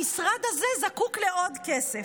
המשרד הזה זקוק לעוד כסף.